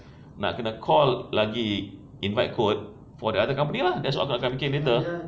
nak kena call lagi invite quote for the other company lah that's what aku nak kena bikin later